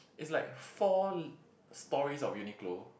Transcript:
is like four storeys of Uniqlo